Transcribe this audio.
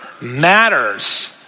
matters